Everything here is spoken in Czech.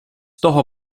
toho